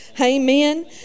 Amen